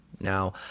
Now